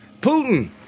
Putin